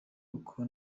uko